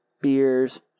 beers